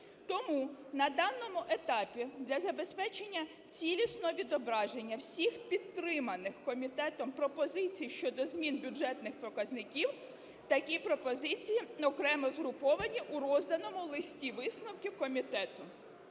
Тому на даному етапі для забезпечення цілісного відображення всіх підтриманих комітетом пропозицій щодо змін бюджетних показників такі пропозиції окремо згруповані в розданому листі висновків комітету.